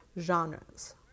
genres